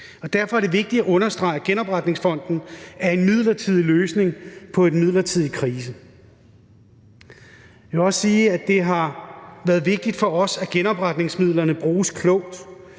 derfor er det vigtigt at understrege, at genopretningsfonden er en midlertidig løsning på en midlertidig krise. Jeg vil også sige, at det har været vigtigt for os, at genopretningsmidlerne bruges klogt,